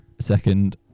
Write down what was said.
second